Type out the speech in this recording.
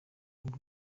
ubu